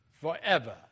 forever